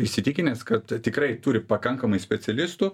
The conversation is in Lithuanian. įsitikinęs kad tikrai turi pakankamai specialistų